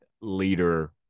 leader